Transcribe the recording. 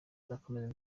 nzakomeza